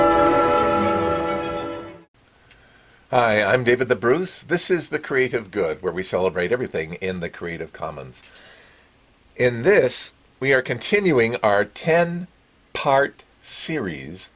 yes i'm david the bruce this is the creative good where we celebrate everything in the creative commons in this we are continuing our ten part series